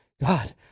God